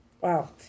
Wow